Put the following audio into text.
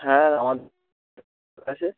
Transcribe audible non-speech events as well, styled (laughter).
হ্যাঁ (unintelligible) আছে